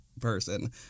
person